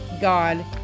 God